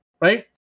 right